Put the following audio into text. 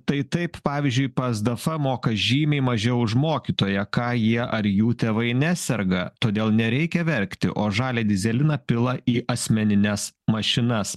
tai taip pavyzdžiui pazdafa moka žymiai mažiau už mokytoją ką jie ar jų tėvai neserga todėl nereikia verkti o žalią dyzeliną pila į asmenines mašinas